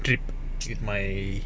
trip with my